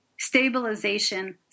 stabilization